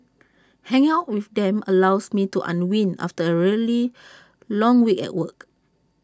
hanging out with them allows me to unwind after A really long week at work